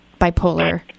bipolar